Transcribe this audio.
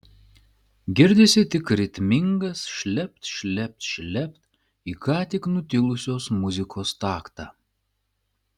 girdisi tik ritmingas šlept šlept šlept į ką tik nutilusios muzikos taktą